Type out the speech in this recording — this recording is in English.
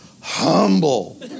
humble